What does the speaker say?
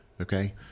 okay